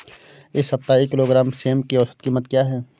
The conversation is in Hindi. इस सप्ताह एक किलोग्राम सेम की औसत कीमत क्या है?